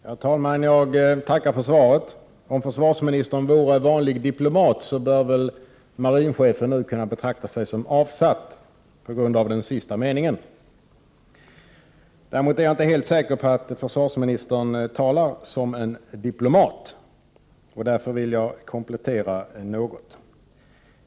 Herr talman! Jag tackar för svaret. Om försvarsministern vore en vanlig diplomat, borde väl marinchefen nu kunna betrakta sig som avsatt, på grund av den sista meningen. Däremot är jag inte helt säker på att försvarsministern talar som en diplomat. Därför vill jag komplettera något.